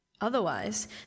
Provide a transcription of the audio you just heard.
otherwise